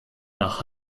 nach